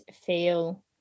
feel